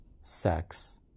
sex